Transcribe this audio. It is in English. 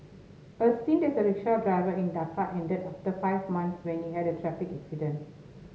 a stint as a rickshaw driver in Dhaka ended after five months when he had a traffic accident